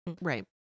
Right